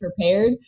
prepared